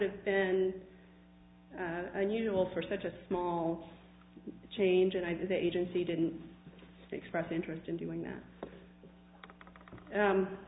have been unusual for such a small change and i think the agency didn't express interest in doing that